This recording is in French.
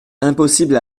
impossible